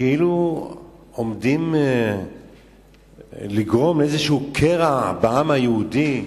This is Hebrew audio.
כאילו עומדים לגרום איזשהו קרע בעם היהודי,